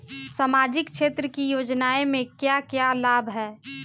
सामाजिक क्षेत्र की योजनाएं से क्या क्या लाभ है?